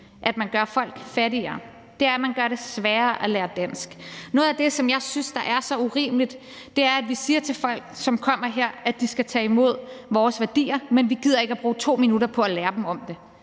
at man gør folk fattigere, og det er, at man gør det sværere at lære dansk. Noget af det, som jeg synes er så urimeligt, er, at vi siger til folk, som kommer her, at de skal tage imod vores værdier, men at vi ikke gider at bruge 2 minutter på at lære dem om dem.